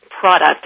product